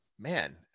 man